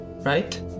right